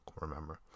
remember